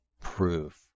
proof